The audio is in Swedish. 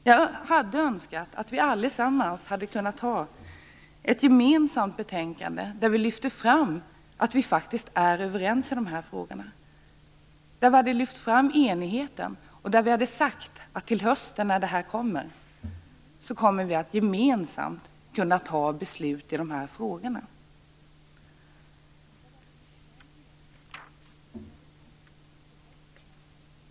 Jag hade önskat att vi hade kunnat ha ett gemensamt betänkande där vi lyfte fram att vi faktiskt är överens i dessa frågor, där vi hade lyft fram enigheten och sagt att till hösten när förslaget kommer, kommer vi att gemensamt kunna fatta beslut i dessa frågor.